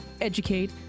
educate